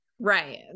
right